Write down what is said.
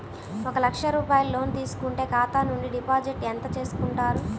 ఒక లక్ష రూపాయలు లోన్ తీసుకుంటే ఖాతా నుండి డిపాజిట్ ఎంత చేసుకుంటారు?